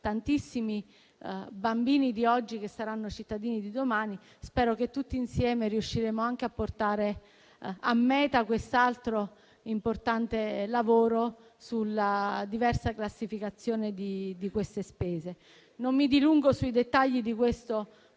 tantissimi bambini di oggi che saranno cittadini di domani, riusciremo anche a portare a meta un altro importante lavoro sulla diversa classificazione di queste spese. Non mi dilungo sui dettagli del